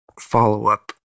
follow-up